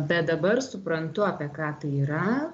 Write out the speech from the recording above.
bet dabar suprantu apie ką tai yra